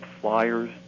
flyers